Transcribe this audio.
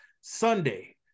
Sunday